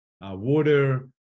water